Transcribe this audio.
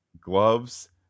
gloves